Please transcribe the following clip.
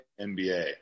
NBA